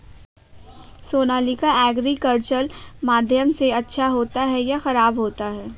Sonalika agriculture माध्यम से अच्छा होता है या ख़राब होता है?